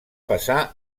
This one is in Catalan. passar